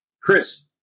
Chris